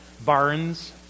barns